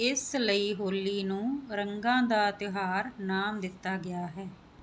ਇਸ ਲਈ ਹੋਲੀ ਨੂੰ ਰੰਗਾਂ ਦਾ ਤਿਉਹਾਰ ਨਾਮ ਦਿੱਤਾ ਗਿਆ ਹੈ